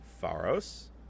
Faros